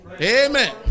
Amen